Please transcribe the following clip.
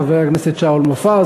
חבר הכנסת שאול מופז,